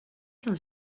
dans